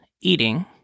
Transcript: eating